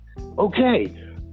Okay